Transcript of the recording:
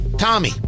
Tommy